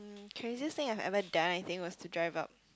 craziest thing I've ever done I think was to drive up